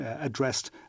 addressed